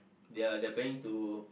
ya they are planning to